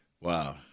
Wow